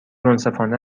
منصفانه